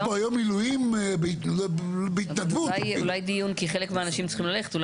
חלק מהאנשים צריכים ללכת, אולי דיון נוסף.